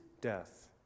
death